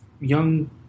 young